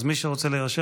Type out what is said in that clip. אז מי שרוצה להירשם,